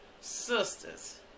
sisters